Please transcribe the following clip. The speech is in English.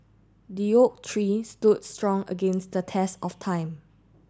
the oak tree stood strong against the test of time